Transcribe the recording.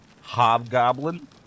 hobgoblin